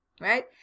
right